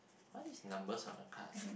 what is numbers on the card